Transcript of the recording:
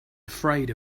afraid